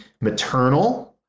maternal